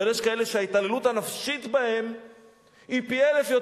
אבל יש כאלה שההתעללות הנפשית בהן כואבת פי-אלף.